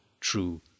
true